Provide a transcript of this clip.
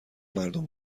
مردم